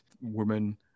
woman